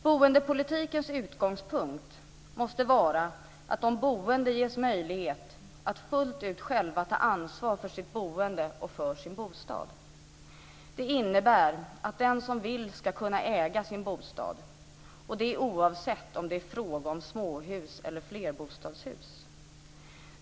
Boendepolitikens utgångspunkt måste vara att de boende ges möjlighet att fullt ut själva ta ansvar för sitt boende och för sin bostad. Det innebär att den som vill ska kunna äga sin bostad, oavsett om det är fråga om småhus eller flerbostadshus.